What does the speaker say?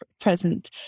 present